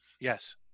Yes